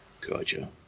Gotcha